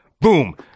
Boom